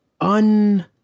un